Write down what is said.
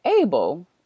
able